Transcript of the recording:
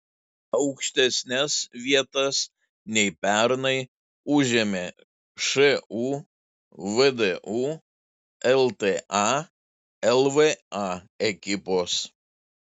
aukštesnes vietas nei pernai užėmė šu vdu lta lva ekipos